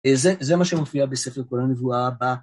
זה מה שמופיע בספר כל הנבואה הבא.